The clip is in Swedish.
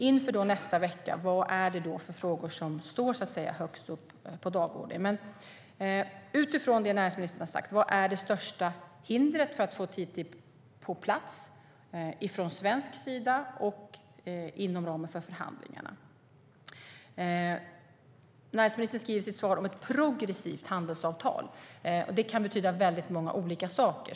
Inför nästa vecka, vilka frågor står högst på dagordningen? Utifrån det näringsministern har sagt, vad är det största hindret från svensk sida för att få TTIP på plats och inom ramen för förhandlingarna?I sitt svar talar näringsministern om ett progressivt handelsavtal. Det kan betyda många olika saker.